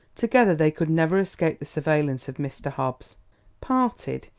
together they could never escape the surveillance of mr. hobbs parted,